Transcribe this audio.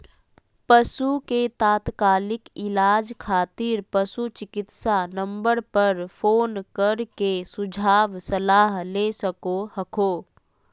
पशु के तात्कालिक इलाज खातिर पशु चिकित्सा नम्बर पर फोन कर के सुझाव सलाह ले सको हखो